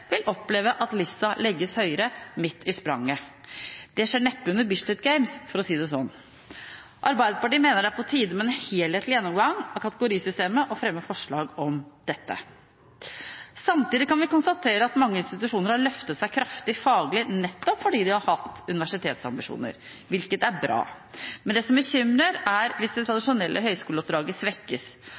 vil oppleve at lista legges høyere midt i spranget. Det skjer neppe under Bislett Games, for å si det sånn. Arbeiderpartiet mener det er på tide med en helhetlig gjennomgang av kategorisystemet og fremmer forslag om dette. Samtidig kan vi konstatere at mange institusjoner har løftet seg kraftig faglig nettopp fordi de har hatt universitetsambisjoner, hvilket er bra. Men det som bekymrer, er hvis det tradisjonelle høyskoleoppdraget svekkes.